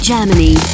Germany